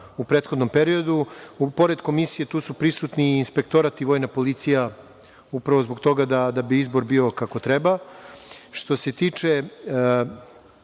u prethodnom periodu. Pored komisije tu su prisutni i Inspektorat i Vojna policija, upravo zbog toga da bi izbor bio kako treba. Što se tiče